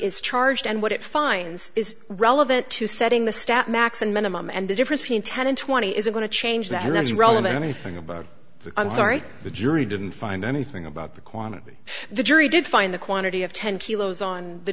is charged and what it finds is relevant to setting the stat max and min and the difference between ten and twenty is going to change that and that's relevant anything about the i'm sorry the jury didn't find anything about the quantity the jury did find the quantity of ten kilos on the